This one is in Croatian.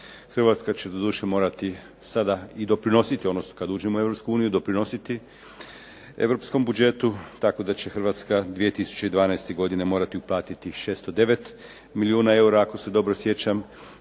Hrvatska će doduše morati sada i doprinositi odnosno kada uđemo u Europsku uniju doprinositi europskom budžetu, tako da će Hrvatska 2012. godine uplatiti 609 milijuna eura ako se dobro sjećam